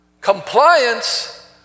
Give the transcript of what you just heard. Compliance